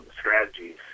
strategies